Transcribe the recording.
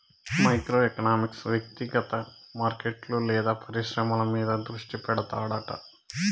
micro economics వ్యక్తిగత మార్కెట్లు లేదా పరిశ్రమల మీద దృష్టి పెడతాడట